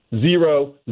zero